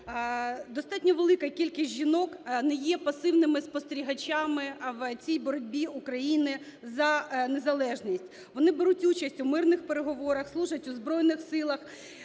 Достатньо велика кількість жінок не є пасивними спостерігачами в цій боротьбі України за незалежність. Вони беруть участь у мирних переговорах, служать у Збройних Силах.